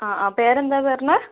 അ ആ പേരെന്താ പറഞ്ഞത്